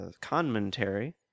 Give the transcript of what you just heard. commentary